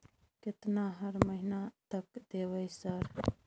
केतना हर महीना तक देबय सर?